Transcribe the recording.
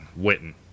Witten